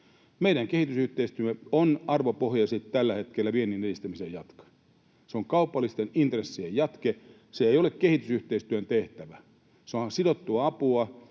Meidän kehitysyhteistyömme on arvopohjaisesti tällä hetkellä viennin edistämisen jatke. Se on kaupallisten intressien jatke. Se ei ole kehitysyhteistyön tehtävä, vaan sehän on sidottua apua.